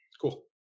Cool